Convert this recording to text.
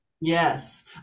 Yes